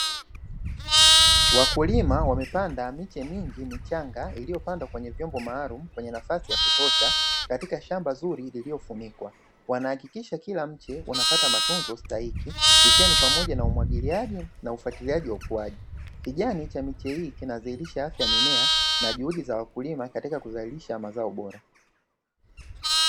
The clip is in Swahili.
Wakulima wamepanda miche mingi michanga iliyopandwa kwenye vyombo maalumu kwenye nafasi ya kutosha katika shamba zuri lililofunikwa. Wanahakikisha kila mche wanapata matunzo stahiki ikiwa ni pamoja na umwagiliaji na ufuatiliaji wa ukuaji. Kijani cha miche hii kinadhihirisha afya mimea na juhudi za wakulima katika kudhalilisha mazao bora.